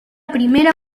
primera